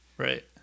Right